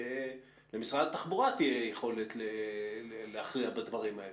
שלמשרד התחבורה תהיה יכולת להכריע בדברים האלה?